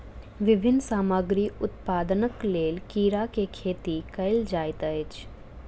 विभिन्न सामग्री उत्पादनक लेल कीड़ा के खेती कयल जाइत अछि